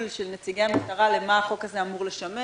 בקרב נציגי המשטרה למה החוק הזה אמור לשמש.